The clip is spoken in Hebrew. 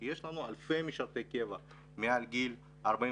כי יש לנו אלפי משרתי קבע מעל גיל 43,